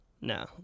no